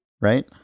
Right